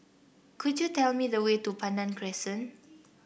could you tell me the way to Pandan Crescent